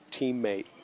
teammate